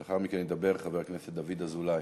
לאחר מכן ידבר חבר הכנסת דוד אזולאי.